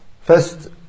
First